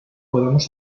podamos